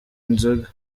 inzoga